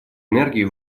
энергии